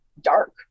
dark